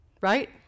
right